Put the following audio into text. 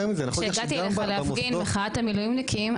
יותר מזה -- כשהגעתי אליך להפגין מחאת המילואימניקים,